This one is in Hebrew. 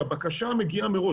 שהבקשה מגיעה מראש.